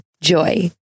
Joy